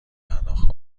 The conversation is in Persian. پرداخت